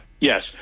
Yes